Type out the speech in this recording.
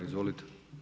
Izvolite.